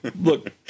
look